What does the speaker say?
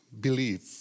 believe